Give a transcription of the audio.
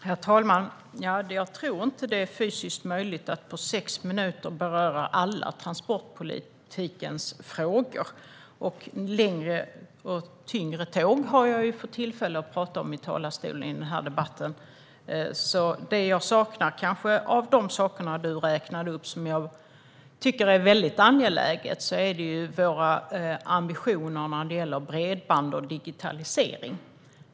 Herr talman! Jag tror inte att det är fysiskt möjligt att på sex minuter beröra alla transportpolitiska frågor. Längre och tyngre tåg har jag fått tillfälle att tala om i talarstolen i denna debatt. Det jag saknar bland det du räknade upp och som är angeläget är våra ambitioner när det gäller bredband och digitalisering.